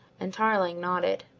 and tarling nodded.